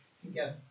together